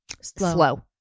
slow